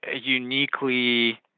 uniquely